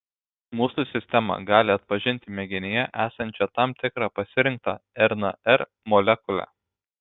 mūsų sistema gali atpažinti mėginyje esančią tam tikrą pasirinktą rnr molekulę